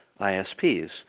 ISPs